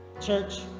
Church